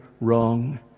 wrong